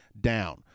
down